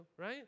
right